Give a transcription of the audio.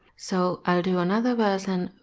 so, i'll do another version,